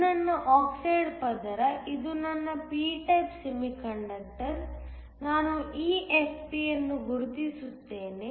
ಇದು ನನ್ನ ಆಕ್ಸೈಡ್ ಪದರ ಇದು ನನ್ನ p ಟೈಪ್ ಸೆಮಿಕಂಡಕ್ಟರ್ ನಾನು EFP ಅನ್ನು ಗುರುತಿಸುತ್ತೇನೆ